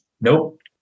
Nope